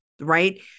Right